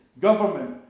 government